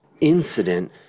incident